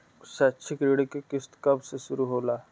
शैक्षिक ऋण क किस्त कब से शुरू होला?